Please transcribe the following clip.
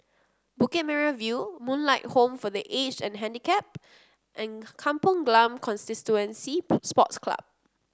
Bukit Merah View Moonlight Home for The Aged and Handicapped and Kampong Glam Constituency Sports Club